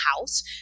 house